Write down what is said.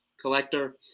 collector